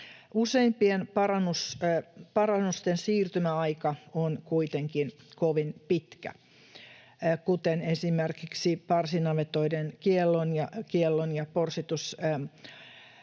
Useimpien parannusten siirtymäaika on kuitenkin kovin pitkä, kuten esimerkiksi parsinavetoiden kiellon, kääntymisen